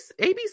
abc